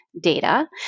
data